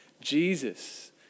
Jesus